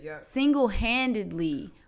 Single-handedly